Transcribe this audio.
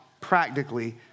practically